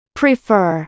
prefer